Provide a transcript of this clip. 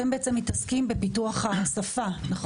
אתם מתעסקים בפיתוח השפה, נכון?